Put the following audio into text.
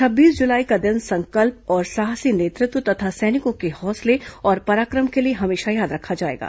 छब्बीस जुलाई का दिन संकल्प और साहसी नेतृत्व तथा सैनिकों के हौसले और पराक्रम के लिए हमेशा याद रखा जाएगा